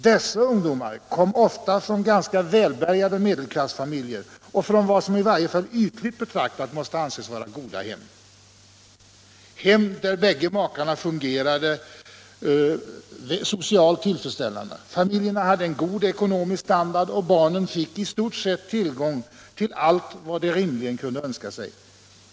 Dessa ungdomar kom ofta från ganska välbärgade medelklassfamiljer och från vad som, i varje fall ytligt betraktat, måste anses vara goda hem, hem där båda föräldrarna fungerade socialt tillfredsställande. Familjerna hade god ekonomisk standard, och barnen fick i stort sett tillgång till allt de rimligen kunde önska sig.